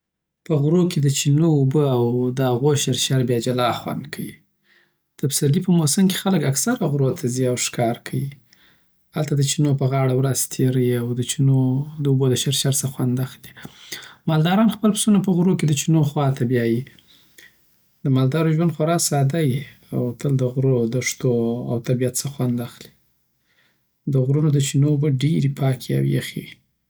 په غرو کی دچینو او به او دهغو شرشر بیا جلا خوند کوی دپسرلی په موسم کی خلک اکثره غروته ځی او ښکار کوی هلته د چینو په غاړه ورځ تیروی او او دچینو داوبو دشرشر سه غوند اخلی مال دارن خپل پسونه په غروکی دچینو خواته بیایی دمالدارو ژوند خوار ساده یی او تل دغرو، دښتو او طبیعت سه خوند اخلی دغرونو دچینو اوبه ډیری پاکی او یخی وی